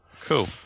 Cool